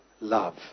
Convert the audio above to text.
love